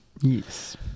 Yes